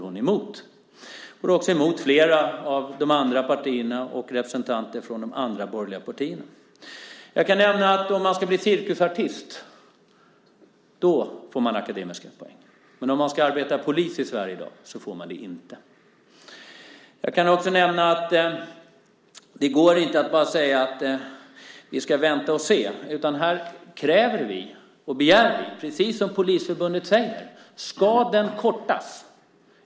Hon går också emot flera av de andra partierna och representanter från de andra borgerliga partierna. Jag kan nämna att om man ska bli cirkusartist så får man akademiska poäng. Men om man ska arbeta som polis i Sverige i dag så får man det inte. Jag kan också nämna att det inte går att bara säga att vi ska vänta och se. Här kräver och begär vi, precis som Polisförbundet säger, ett svar på frågan ifall utbildningen ska kortas.